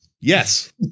Yes